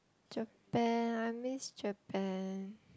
Japan I miss Japan